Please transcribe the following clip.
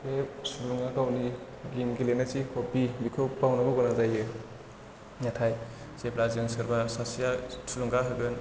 बे सुबुङा गावनि गेम गेलेनाय जे हबि बिखौ बावनांगौ गोनां जायो नाथाय जेब्ला जों सोरबा सासेया थुलुंगा होगोन